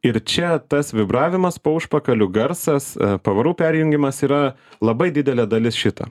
ir čia tas vibravimas po užpakaliu garsas pavarų perjungimas yra labai didelė dalis šito